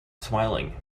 smiling